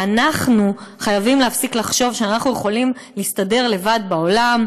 ואנחנו חייבים להפסיק לחשוב שאנחנו יכולים להסתדר לבד בעולם,